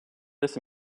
this